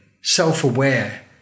self-aware